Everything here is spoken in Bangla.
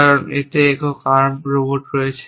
কারণ এতে একক আর্ম রোবট রয়েছে